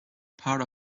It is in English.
part